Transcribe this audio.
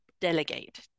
delegate